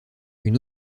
une